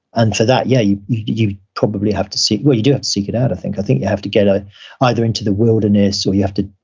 and for that, yeah, you you probably have to seek, well, you do have to seek it out, i think. i think you have to get ah either into the wilderness, or you have to